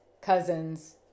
cousins